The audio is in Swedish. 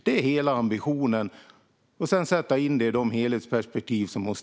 Det ska sättas in i de helhetsperspektiv som behövs.